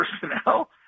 personnel